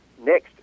next